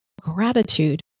gratitude